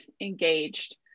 engaged